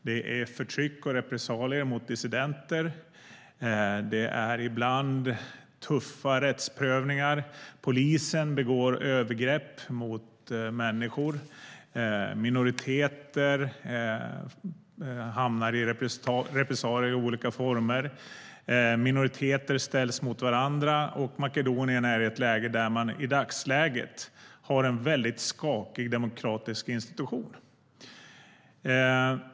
Det är förtryck och repressalier mot dissidenter och ibland tuffa rättsprövningar. Polisen begår övergrepp mot människor. Minoriteter hamnar i repressalier i olika former, och minoriteter ställs mot varandra. Makedonien är i ett läge där man har en mycket skakig demokratisk institution.